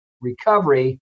recovery